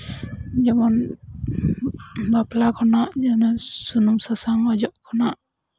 ᱡᱮᱢᱚᱱ ᱵᱟᱯᱞᱟ ᱠᱷᱚᱱᱟᱜ ᱡᱮᱱᱚ ᱥᱩᱱᱩᱢ ᱥᱟᱥᱟᱝ ᱚᱡᱚᱜ ᱠᱷᱚᱱᱟᱜ